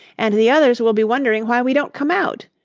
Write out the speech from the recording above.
and the others will be wondering why we don't come out,